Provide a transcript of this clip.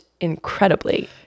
incredibly